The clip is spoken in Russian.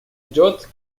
идет